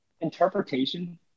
Interpretation